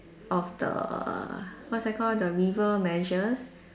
of the what's that called the river measures